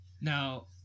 Now